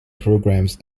programs